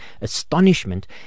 astonishment